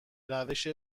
روش